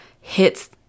hits